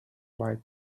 white